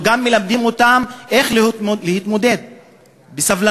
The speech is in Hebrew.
אנחנו גם מלמדים אותם איך להתמודד בסבלנות,